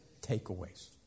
takeaways